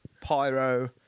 pyro